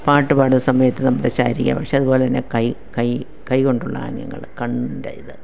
പാട്ടു പാടുന്ന സമയത്ത് നമ്മുടെ ശാരീരിക ഭാഷ അതുപോലെ തന്നെ കൈ കൈ കൈ കൊണ്ടുള്ള ആംഗ്യങ്ങൾ കണ്ണിൻ്റെ ഇത്